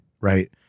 right